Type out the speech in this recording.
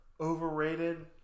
overrated